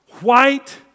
white